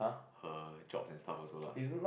her jobs and stuff also lah